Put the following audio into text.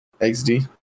xd